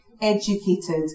educated